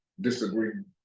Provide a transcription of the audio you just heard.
disagreement